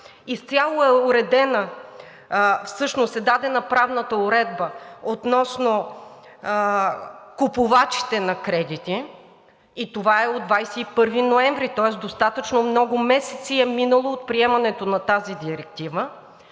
изцяло е уредена, всъщност е дадена правната уредба относно купувачите на кредите? Това е от 21 ноември. Тоест минали са достатъчно много месеци от приемането на тази директива.